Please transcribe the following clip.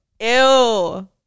Ew